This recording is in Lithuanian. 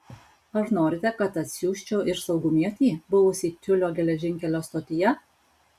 ar norite kad atsiųsčiau ir saugumietį buvusį tiulio geležinkelio stotyje